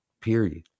Period